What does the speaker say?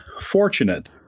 fortunate